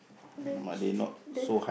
the ch~ the